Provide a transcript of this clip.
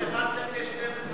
אבל 1 חלקי 12,